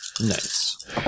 Nice